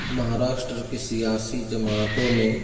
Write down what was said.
مہاراشٹر کی سیاسی جماعتوں میں